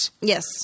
Yes